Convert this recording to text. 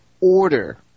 order